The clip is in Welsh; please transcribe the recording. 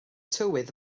tywydd